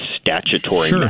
statutory